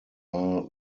are